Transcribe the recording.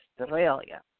Australia